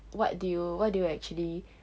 what do you what do you actually